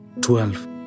twelve